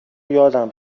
یادم